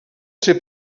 ser